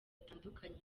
atandukanye